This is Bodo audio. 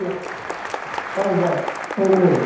हेल' औ बा औ औ